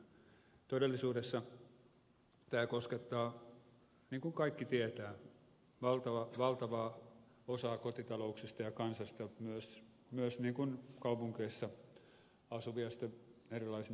todellisuudessa tämä koskettaa niin kuin kaikki tietävät valtavaa osaa kotitalouksia ja kansasta myös kaupungeissa asuvia sitten erilaisina vuokrankorotuksina